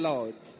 Lord